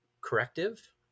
corrective